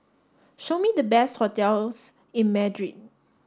show me the best hotels in Madrid